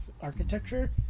architecture